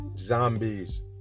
zombies